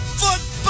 football